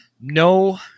No